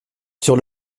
sur